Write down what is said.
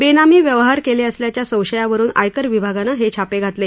बेनामी व्यवहार केले असल्याच्या संशयावरून आयकर विभागानं हे छापे घातले